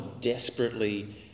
desperately